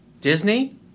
Disney